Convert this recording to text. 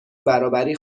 برابری